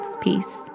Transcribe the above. Peace